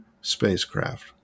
spacecraft